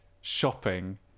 shopping